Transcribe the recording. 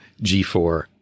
G4